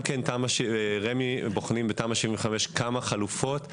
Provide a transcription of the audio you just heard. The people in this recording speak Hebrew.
רמ"י בוחנים בתמ"א 75 כמה חלופות.